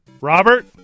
Robert